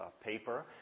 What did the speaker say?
paper